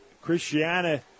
Christiana